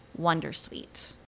wondersuite